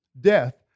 death